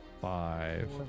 five